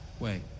Wait